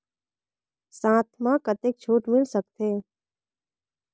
साथ म कतेक छूट मिल सकथे?